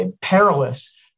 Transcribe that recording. perilous